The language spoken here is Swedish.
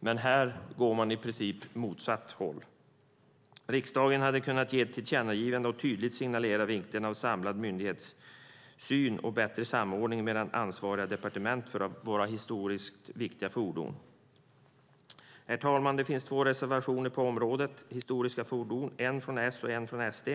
Men här går man i princip åt motsatt håll. Riksdagen hade kunnat ge ett tillkännagivande och tydligt signalera vikten av en samlad myndighetssyn och bättre samordning mellan ansvariga departement för våra historiskt viktiga fordon. Herr talman! Det finns två reservationer om historiska fordon, en från S och en från SD.